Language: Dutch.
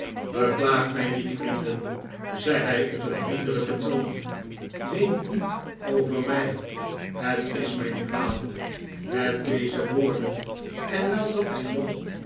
beklaagt mij niet vrienden zei hij op een vriendelijken toon weent niet over mij het is mijn kwaal met deze woorden en nadat hij nog